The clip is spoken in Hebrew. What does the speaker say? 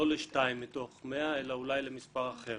לא לשתיים מתוך 100, אלא אולי למספר אחר?